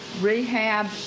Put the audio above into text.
rehab